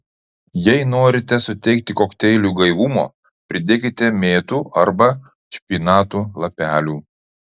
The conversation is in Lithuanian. jei norite suteikti kokteiliui gaivumo pridėkite mėtų arba špinatų lapelių